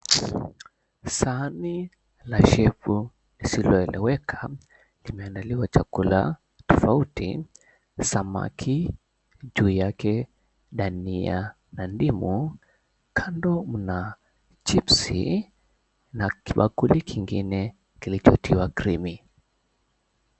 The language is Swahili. Sahani la shepu lisiloeleweka imeandaliwa chakula tofauti samaki, juu yake dania na ndimu kando mna chipsi na kibakuli kingine kilichotiwa krimi.